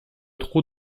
trop